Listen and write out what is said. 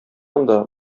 анда